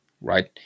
Right